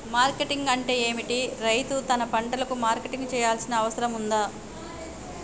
Marketing అంటే ఏమిటి? రైతు తన పంటలకు మార్కెటింగ్ చేయాల్సిన అవసరం ఉందా?